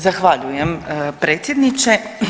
Zahvaljujem predsjedniče.